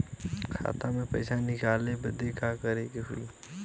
खाता से पैसा निकाले बदे का करे के होई?